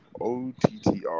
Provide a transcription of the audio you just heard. OTTR